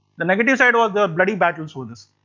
the negative side was the bloody battles for this.